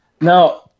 Now